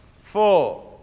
Four